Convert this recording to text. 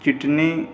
چٹنی